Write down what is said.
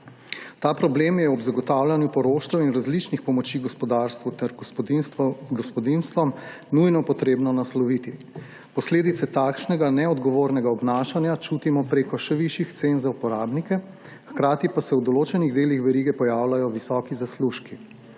Ta problem je ob zagotavljanju poroštev in različnih pomoči gospodarstvu ter gospodinjstvom nujno potrebno nasloviti. Posledice takšnega neodgovornega obnašanja čutimo prek še višjih cen za uporabnike, hkrati pa se v določenih delih verige pojavljajo visoki zaslužki.